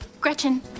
Gretchen